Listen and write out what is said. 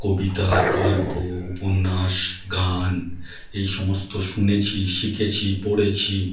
কবিতা গল্প উপন্যাস গান এই সমস্ত শুনেছি শিখেছি পড়েছি